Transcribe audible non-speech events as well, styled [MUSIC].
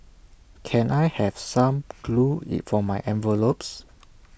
can I have some glue [UNINTELLIGIBLE] for my envelopes